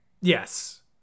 Yes